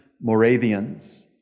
Moravians